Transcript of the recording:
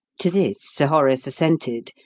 to this sir horace assented,